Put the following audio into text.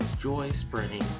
joy-spreading